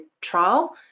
trial